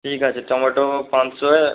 ঠিক আছে টমেটো পাঁচশোয়